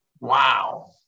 wow